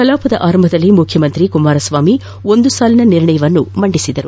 ಕಲಾಪದ ಆರಂಭದಲ್ಲಿ ಮುಖ್ಯಮಂತ್ರಿ ಒಂದು ಸಾಲಿನ ನಿರ್ಣಯವನ್ನು ಮಂಡಿಸಿದರು